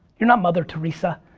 you're not mother teresa.